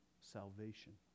salvation